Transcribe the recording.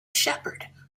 shepherd